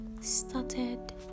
started